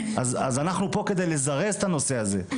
אז אנחנו פה כדי לזרז את הנושא הזה,